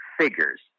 figures